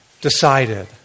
decided